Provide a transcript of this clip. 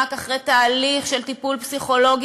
רק אחרי תהליך של טיפול פסיכולוגי,